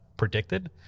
predicted